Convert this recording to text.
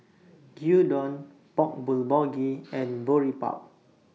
Gyudon Bang Bulgogi and Boribap